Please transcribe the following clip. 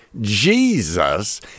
Jesus